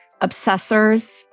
obsessors